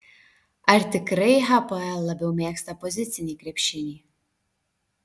ar tikrai hapoel labiau mėgsta pozicinį krepšinį